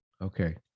okay